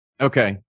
Okay